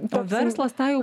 o verslas tą jau